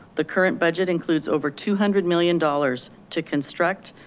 the current budget includes over two hundred million dollars to construct,